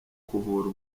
kuvura